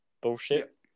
bullshit